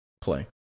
play